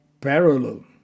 parallel